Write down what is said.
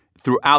throughout